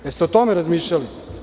Da li ste o tome razmišljali?